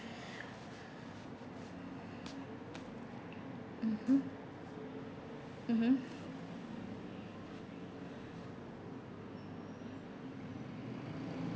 mmhmm mmhmm